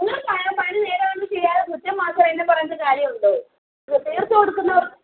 നിങ്ങൾ പണി പണി നേരാവണ്ണം ചെയ്യാതെ കുറ്റം മാത്രം എന്നെ പറഞ്ഞിട്ട് കാര്യം ഉണ്ടോ തീർത്തുകൊടുക്കുന്നവർ